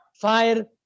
fire